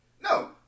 No